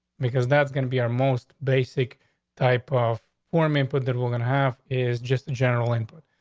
because that's going to be our most basic type of form. input that we're gonna have is just a general input.